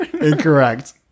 Incorrect